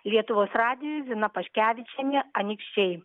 lietuvos radijui zina paškevičienė anykščiai